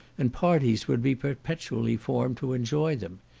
and parties would be perpetually formed to enjoy them.